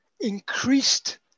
increased